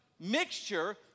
mixture